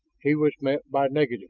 he was met by negatives